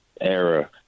era